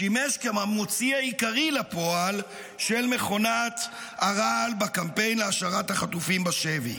שימש כמוציא העיקרי לפועל של מכונת הרעל בקמפיין להשארת החטופים בשבי.